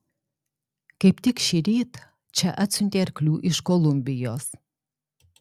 kaip tik šįryt čia atsiuntė arklių iš kolumbijos